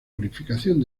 purificación